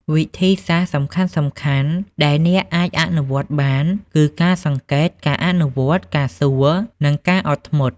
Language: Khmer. វិធីសាស្រ្តសំខាន់ៗដែលអ្នកអាចអនុវត្តបាន គឺ ការសង្កេត ការអនុវត្តន៍ ការសួរ និងការអត់ធ្មត់។